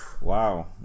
Wow